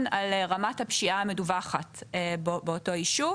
על רמת הפשיעה המדווחת באותו ישוב.